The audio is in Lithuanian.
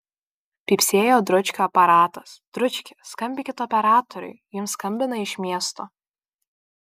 pypsėjo dručkio aparatas dručki skambinkit operatoriui jums skambina iš miesto